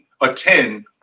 attend